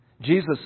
Jesus